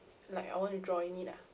like I want to join in ah